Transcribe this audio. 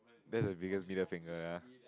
that's the biggest middle finger ya